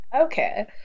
Okay